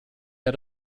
had